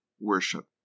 worship